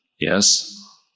yes